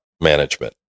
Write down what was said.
management